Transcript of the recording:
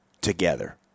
together